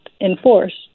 enforced